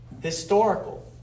Historical